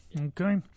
Okay